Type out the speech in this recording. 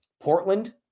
Portland